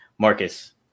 Marcus